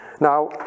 Now